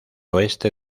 oeste